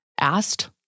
asked